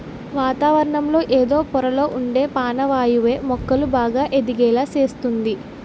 వాతావరణంలో ఎదో పొరల్లొ ఉండే పానవాయువే మొక్కలు బాగా ఎదిగేలా సేస్తంది